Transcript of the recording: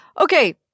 Okay